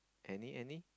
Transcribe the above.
any any